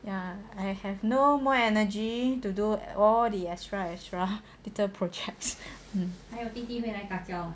ya I have no more energy to do all the extra extra little projects